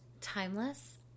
Timeless